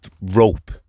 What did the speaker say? rope